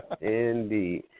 Indeed